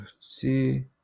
see